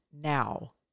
now